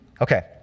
Okay